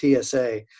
TSA